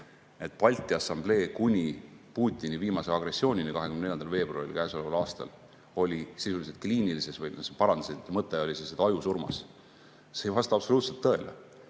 et Balti Assamblee oli kuni Putini viimase agressioonini 24. veebruaril käesoleval aastal sisuliselt kliinilises või, mõte oli siis, ajusurmas. See ei vasta absoluutselt tõele.